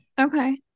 okay